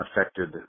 affected